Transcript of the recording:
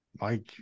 Mike